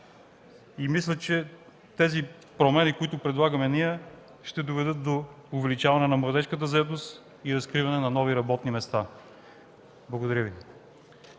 Мисля, че тези промени, които предлагаме ние, ще доведат до увеличаване на младежката заетост и разкриване на нови работни места. Благодаря Ви.